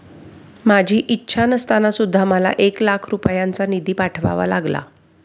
माझी इच्छा नसताना सुद्धा मला एक लाख रुपयांचा निधी पाठवावा लागला